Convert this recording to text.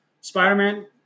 Spider-Man